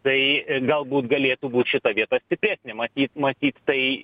tai galbūt galėtų būt šita vieta stipresnė matyt matyt tai